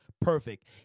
Perfect